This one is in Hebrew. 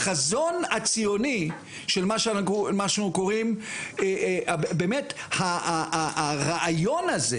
החזון הציוני של מה שקוראים באמת הרעיון הזה,